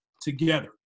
together